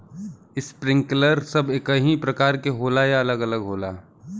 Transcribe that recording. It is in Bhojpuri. इस्प्रिंकलर सब एकही प्रकार के होला या अलग अलग होला?